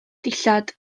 ddillad